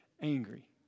angry